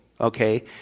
okay